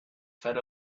fed